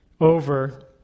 over